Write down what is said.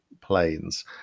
planes